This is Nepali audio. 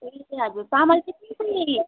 ए हजुर चामल चाहिँ कुन चाहिँ